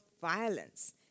violence